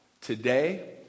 Today